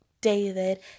David